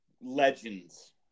legends